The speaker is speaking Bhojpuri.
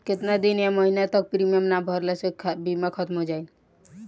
केतना दिन या महीना तक प्रीमियम ना भरला से बीमा ख़तम हो जायी?